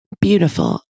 beautiful